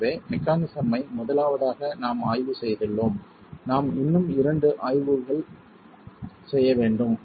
எனவே மெக்கானிஸம் ஐ முதலாவதாக நாம் ஆய்வு செய்துள்ளோம் நாம் இன்னும் இரண்டு ஆய்வுள் செய்ய வேண்டும்